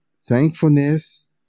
thankfulness